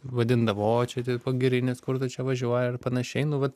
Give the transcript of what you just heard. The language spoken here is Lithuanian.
vadindavo o čia tai pagirinis kur tu čia važiuoji ir panašiai nu vat